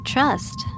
Trust